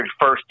First